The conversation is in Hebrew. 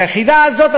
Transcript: היחידה הזאת,